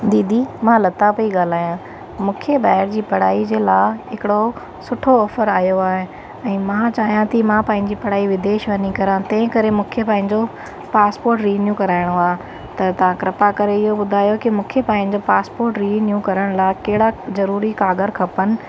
दीदी मां लता पई ॻाल्हायां मूंखे ॿाहिरि जी पढ़ाई जे लाइ हिकिड़ो सुठो ऑफ़र आयो आहे ऐं मां चायां थी मां पंहिंजी पढ़ाई विदेश वञी करां तंहिं करे मूंखे पंहिंजो पासपोर्ट रिन्यू कराइणो आहे त तव्हां कृपा करे इहो ॿुधायो की मूंखे पंहिंजो पासपोर्ट रिन्यू करण लाइ कहिड़ा जरुरी कागर खपनि